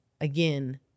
again